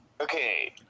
Okay